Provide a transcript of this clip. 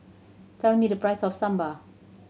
tell me the price of Sambar